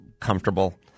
comfortable